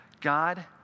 God